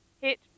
hit